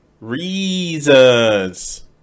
reasons